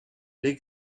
big